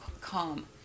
calm